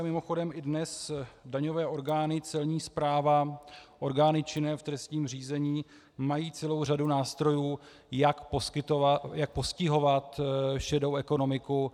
Mimochodem i dnes daňové orgány, Celní správa, orgány činné v trestním řízení mají celou řadu nástrojů, jak postihovat šedou ekonomiku.